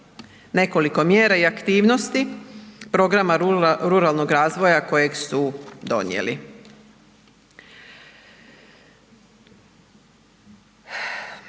nekoliko mjera i aktivnosti programa ruralnog razvoja kojeg su donijeli.